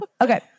Okay